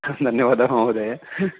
धन्यवादः महोदय